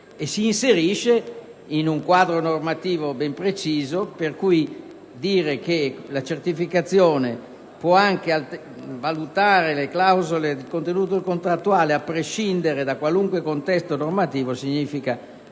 si inserisce in un quadro normativo ben preciso. Quindi, dire che la certificazione può anche valutare le clausole del contenuto contrattuale a prescindere da qualunque contesto normativo, significa, ancora